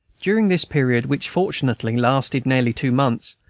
during this period, which fortunately lasted nearly two months,